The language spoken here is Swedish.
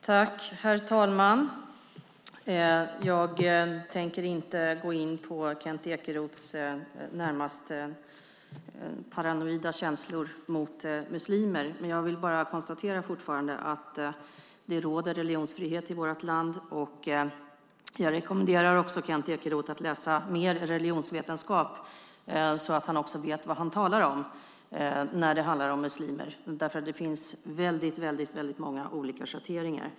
Herr talman! Jag tänker inte gå in på Kent Ekeroths närmast paranoida känslor inför muslimer utan vill bara konstatera att det råder religionsfrihet i vårt land. Jag rekommenderar också Kent Ekeroth att läsa mer religionsvetenskap, så att han vet vad han talar om när det handlar om muslimer. Det finns väldigt många olika schatteringar.